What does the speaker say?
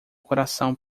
coração